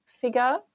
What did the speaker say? figure